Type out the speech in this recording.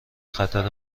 خطر